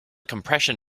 compression